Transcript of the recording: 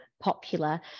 popular